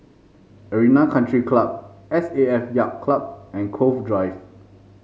Arena Country Club S A F Yacht Club and Cove Drive